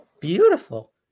Beautiful